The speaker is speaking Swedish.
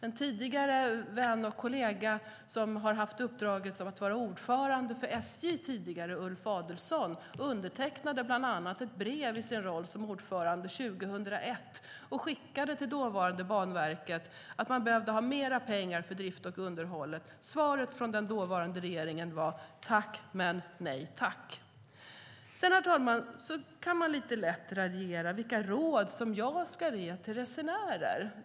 En vän och tidigare kollega, Ulf Adelsohn, har haft uppdraget som ordförande för SJ. I sin roll som ordförande undertecknade och skickade han bland annat ett brev 2001 till dåvarande Banverket om att mer pengar behövdes till drift och underhåll. Svaret från den dåvarande regeringen var: Tack, men nej tack! Herr talman! Man kan raljera lite lätt över vilka råd jag ska ge till resenärer.